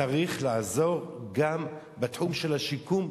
צריך לעזור גם בתחום של השיקום,